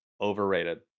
overrated